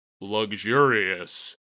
luxurious